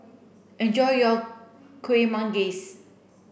enjoy your Kueh Manggis